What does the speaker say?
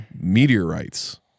Meteorites